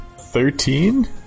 Thirteen